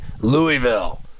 Louisville